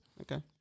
Okay